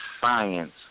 science